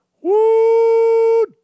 woo